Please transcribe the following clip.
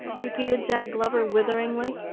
repeated jack glover witheringly.